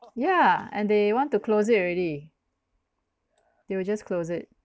yeah and they want to close it already they will just close it